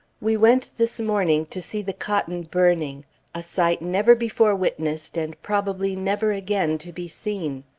we went this morning to see the cotton burning a sight never before witnessed, and probably never again to be seen.